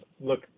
look